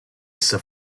essa